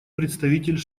представитель